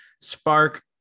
spark